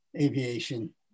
aviation